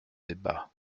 débat